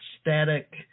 static